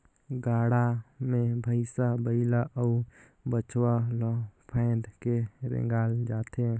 गाड़ा मे भइसा बइला अउ बछवा ल फाएद के रेगाल जाथे